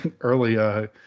Early